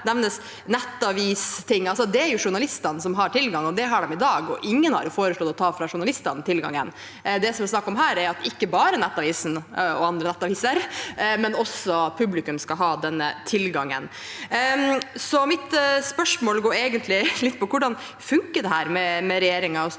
er det jo journalistene som har tilgang. Det har de i dag, og ingen har foreslått å ta fra journalistene tilgangen. Det det er snakk om her, er at ikke bare Nettavisen og andre nettaviser, men også publikum skal ha denne tilgangen. Mitt spørsmål går egentlig litt på hvordan dette med regjeringen og stortingspartiene